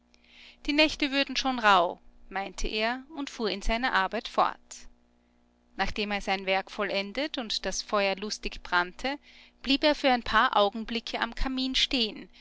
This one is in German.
die nächte würden schon rauh meinte er und fuhr in seiner arbeit fort nachdem er sein werk vollendet und das feuer lustig brannte blieb er ein paar augenblicke am kamin stehen